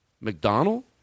McDonald